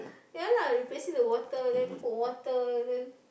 ya lah replacing the water put water and then